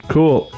Cool